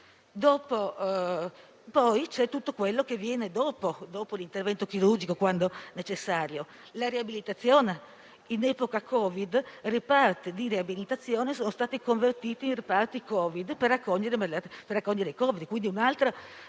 Poi, c'è tutto quello che viene dopo l'intervento chirurgico, quando necessario, come la riabilitazione. In epoca Covid, i reparti di riabilitazione sono stati convertiti in reparti Covid per accogliere tali